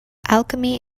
alchemy